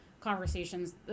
conversations